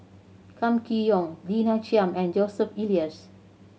Kam Kee Yong Lina Chiam and Joseph Elias